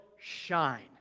shine